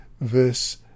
verse